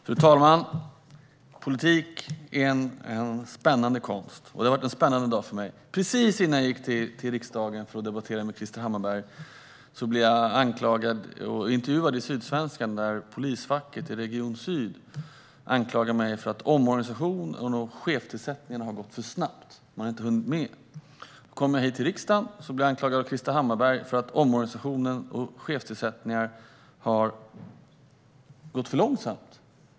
Fru talman! Politik är en spännande konst, och det har varit en spännande dag för mig. Precis innan jag gick till riksdagen för att debattera med Krister Hammarbergh blev jag intervjuad i Sydsvenskan. Polisfacket i Region Syd anklagar mig för att omorganisationen och chefstillsättningarna har gått för snabbt. Man har inte hunnit med. Så kommer jag hit till riksdagen och blir anklagad av Krister Hammarbergh för att omorganisationen och chefstillsättningarna har gått för långsamt.